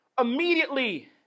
immediately